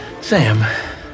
Sam